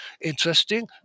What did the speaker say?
Interesting